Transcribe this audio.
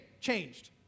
changed